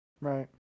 Right